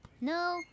No